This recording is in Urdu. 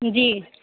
جی